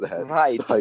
Right